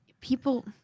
People